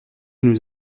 nous